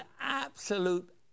absolute